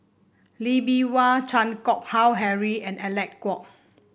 Lee Bee Wah Chan Keng Howe Harry and Alec Kuok